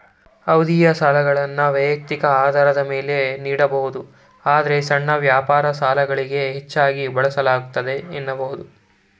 ಅವಧಿಯ ಸಾಲಗಳನ್ನ ವೈಯಕ್ತಿಕ ಆಧಾರದ ಮೇಲೆ ನೀಡಬಹುದು ಆದ್ರೆ ಸಣ್ಣ ವ್ಯಾಪಾರ ಸಾಲಗಳಿಗೆ ಹೆಚ್ಚಾಗಿ ಬಳಸಲಾಗುತ್ತೆ ಎನ್ನಬಹುದು